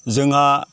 जोंहा